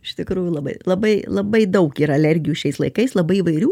iš tikrųjų labai labai labai daug yra alergijų šiais laikais labai įvairių